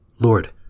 Lord